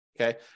Okay